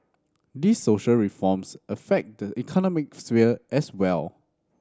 these social reforms affect the economic sphere as well